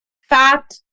fat